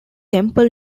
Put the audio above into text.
temple